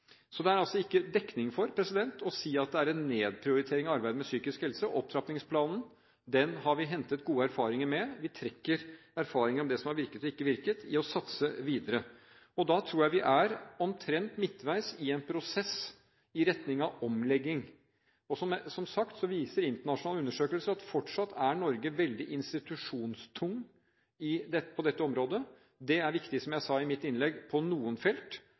Så det er altså ikke dekning for å si at det er en nedprioritering av arbeidet med psykisk helse. Opptrappingsplanen har vi hentet gode erfaringer fra. Vi bruker erfaringene om det som har virket og ikke virket, til å satse videre. Da tror jeg vi er omtrent midtveis i en prosess i retning av omlegging. Som sagt viser internasjonale undersøkelser at Norge fortsatt er veldig institusjonstungt på dette området. Det er viktig, som jeg sa i mitt innlegg, på noen felt.